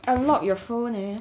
unlock your phone eh